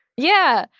yeah.